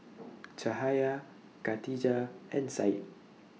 Cahaya Katijah and Said